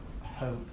hope